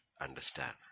Understand